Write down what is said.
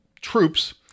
troops